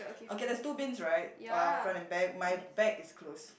okay there's two bins right uh front and back my back is closed